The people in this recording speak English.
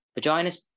vaginas